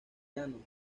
llano